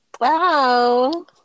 Wow